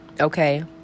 Okay